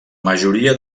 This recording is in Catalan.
majoria